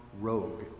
rogue